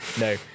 no